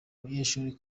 umunyeshuri